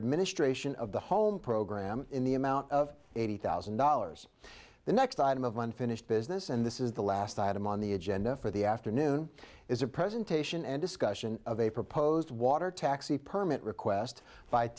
administration of the home program in the amount of eighty thousand dollars the next item of unfinished business and this is the last item on the agenda for the afternoon is a presentation and discussion of a proposed water taxi permit request